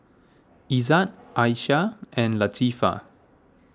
Izzat Aisyah and Latifa